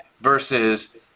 versus